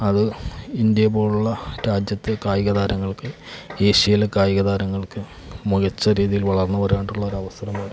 അത് ഇന്ത്യ പോലുള്ള രാജ്യത്ത് കായിക താരങ്ങൾക്ക് ഏഷ്യയിലെ കായിക താരങ്ങൾക്ക് മികച്ച രീതിയിൽ വളർന്ന് വരാനായിട്ടുള്ള ഒരു അവസരമായിരിക്കും